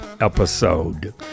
episode